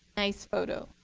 nice photo.